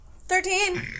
Thirteen